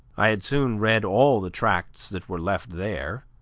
i had soon read all the tracts that were left there,